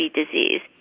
disease